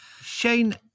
Shane